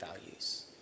values